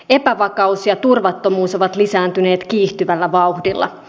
epävakaus ja turvattomuus ovat lisääntyneet kiihtyvällä vauhdilla